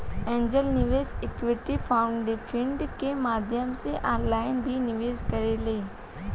angel निवेशक equity crowdfunding के माध्यम से ऑनलाइन भी निवेश करेले